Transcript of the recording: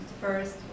first